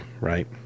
Right